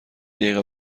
دقیقه